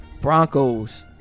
Broncos